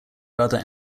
brother